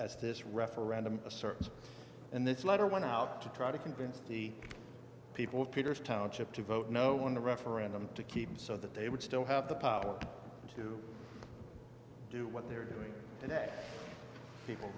as this referendum asserts and this letter went out to try to convince the people of peter's township to vote no on the referendum to keep it so that they would still have the power to do what they're doing today people